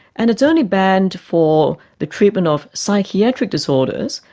and it's only banned for the treatment of psychiatric disorders,